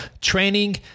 training